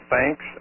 Thanks